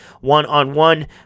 one-on-one